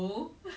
mm